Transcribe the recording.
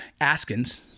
Askins